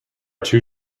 two